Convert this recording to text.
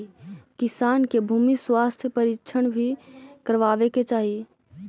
किसान के भूमि स्वास्थ्य परीक्षण भी करवावे के चाहि